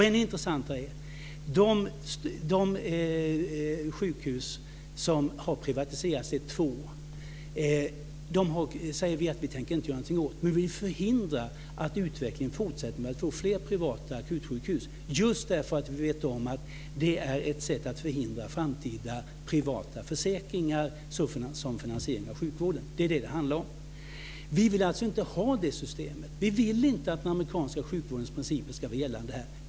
Ännu intressantare är att vi säger att vi inte tänker göra någonting åt de sjukhus som har privatiserats - det är två. Men vi vill förhindra en fortsatt utveckling som innebär att vi får fler privata akutsjukhus just därför att vi vet att det är ett sätt att förhindra framtida privata försäkringar som finansiering av sjukvården. Det är det som det handlar om. Vi vill alltså inte ha det systemet. Vi vill inte att den amerikanska sjukvårdens principer ska vara gällande här.